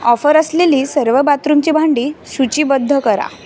offer असलेली सर्व बाथरूमची भांडी सूचीबद्ध करा